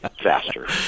faster